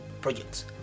projects